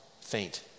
Faint